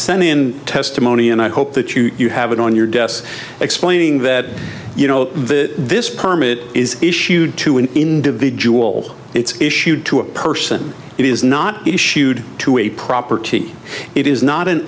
sent in testimony and i hope that you you have it on your desk explaining that you know the this permit is issued to an individual it's issued to a person it is not issued to a property it is not an